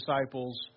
disciples